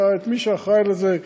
את מי שאחראי לזה,